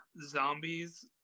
zombies